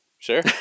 Sure